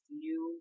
new